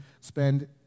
spend